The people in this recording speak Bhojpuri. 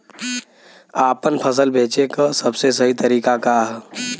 आपन फसल बेचे क सबसे सही तरीका का ह?